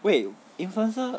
wait influencer